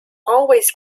always